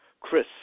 Chris